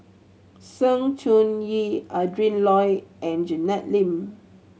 Sng Choon Yee Adrin Loi and Janet Lim